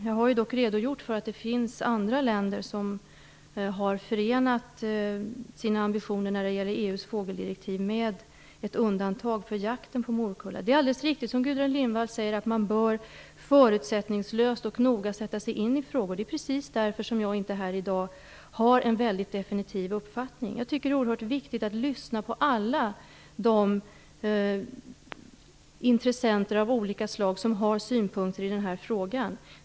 Jag har dock redogjort för att det finns andra länder som har förenat sina ambitioner när det gäller EU:s fågeldirektiv med ett undantag för jakten på morkulla. Det är alldeles riktigt som Gudrun Lindvall säger att man förutsättningslöst och noggrant bör sätta sig in i frågor. Det är precis därför som jag inte här i dag har en definitiv uppfattning. Jag tycker att det är oerhört viktigt att lyssna på alla intressenter av olika slag som har synpunkter i den här frågan.